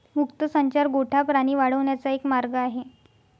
मुक्त संचार गोठा प्राणी वाढवण्याचा एक मार्ग आहे